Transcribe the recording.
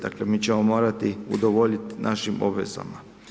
Dakle mi ćemo morati udovoljiti našim obvezama.